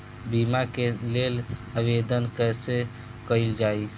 बीमा के लेल आवेदन कैसे कयील जाइ?